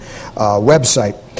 website